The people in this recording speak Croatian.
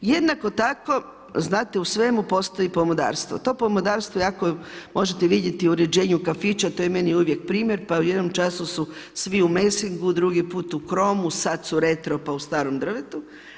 Jednako tako znate u svemu postoji pomodarstvo, to pomodarstvo jako možete vidjeti u uređenju kafića, to je meni u uvijek primjer, pa u jednom času su svi u mesingu, drugi put u kromu, sada su retro pa u starom drvetu.